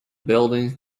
buildings